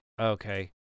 Okay